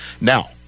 Now